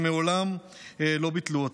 הם מעולם לא ביטלו אותה.